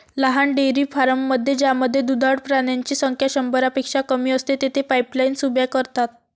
लहान डेअरी फार्ममध्ये ज्यामध्ये दुधाळ प्राण्यांची संख्या शंभरपेक्षा कमी असते, तेथे पाईपलाईन्स उभ्या करतात